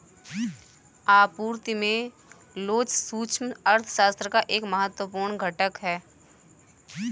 आपूर्ति में लोच सूक्ष्म अर्थशास्त्र का एक महत्वपूर्ण घटक है